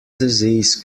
disease